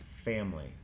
Family